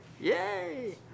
Yay